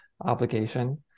obligation